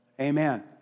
Amen